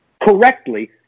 correctly